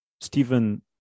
stephen